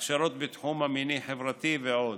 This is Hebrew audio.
הכשרות בתחום המיני והחברתי ועוד,